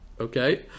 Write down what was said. Okay